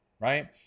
right